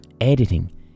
editing